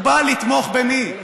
הוא בא לתמוך במי?